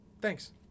thanks